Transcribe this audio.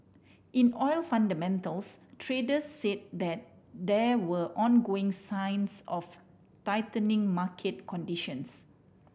in oil fundamentals traders said that there were ongoing signs of tightening market conditions